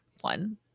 one